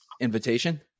invitation